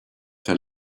fell